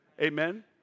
Amen